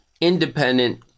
independent